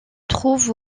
trouve